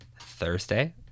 Thursday